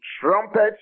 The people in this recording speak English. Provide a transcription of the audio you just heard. trumpets